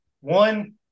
one